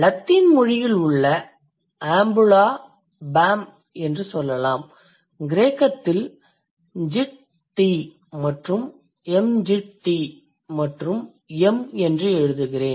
Latin மொழியில் உள்ள ambula bam என்று சொல்லலாம் கிரேக்கத்தில் git ti மற்றும் m git ti மற்றும் m என்றெழுதுகிறேன்